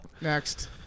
Next